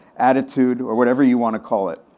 attitude, or whatever you wanna call it?